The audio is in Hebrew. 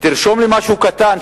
תרשום לי משהו קטן,